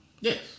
Yes